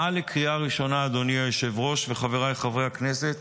אדוני היושב-ראש וחבריי חברי הכנסת,